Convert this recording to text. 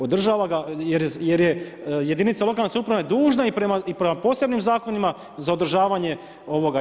Održava ga, jer je jedinica lokalne samouprave dužna i prema posebnim zakonima za održavanje ovoga.